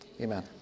Amen